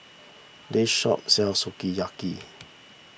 this shop sells Sukiyaki